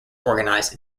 organize